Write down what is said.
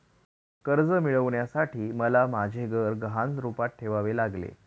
कर्ज मिळवण्यासाठी मला माझे घर गहाण रूपात ठेवावे लागले